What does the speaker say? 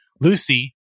Lucy